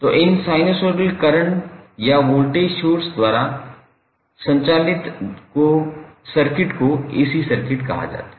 तो इन sinusoidal current या वोल्टेज सोर्स द्वारा संचालित सर्किट को एसी सर्किट कहा जाता है